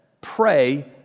pray